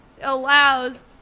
Allows